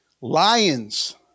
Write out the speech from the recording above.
lions